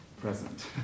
present